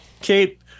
Kate